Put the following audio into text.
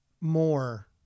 more